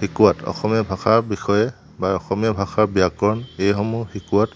শিকোৱাত অসমীয়া ভাষাৰ বিষয়ে বা অসমীয়া ভাষাৰ ব্যাকৰণ এইসমূহ শিকোৱাত